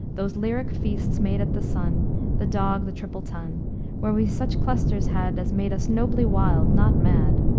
those lyric feasts made at the sun, the dog, the triple tun where we such clusters had as made us nobly wild, not mad.